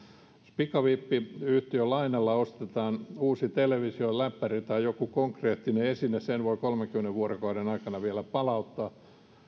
pikavippiyhtiön lainalla ostetaan uusi televisio läppäri tai joku konkreettinen esine sen voi kolmenkymmenen vuorokauden aikana vielä palauttaa